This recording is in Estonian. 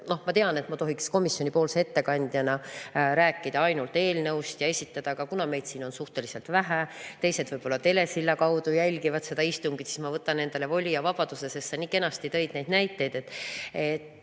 Ma tean, et ma tohin komisjoni ettekandjana rääkida ainult eelnõust, aga kuna meid siin on suhteliselt vähe, teised võib-olla telesilla kaudu jälgivad seda istungit, siis ma võtan endale voli ja vabaduse, sest sa nii kenasti tõid neid näiteid.